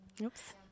Oops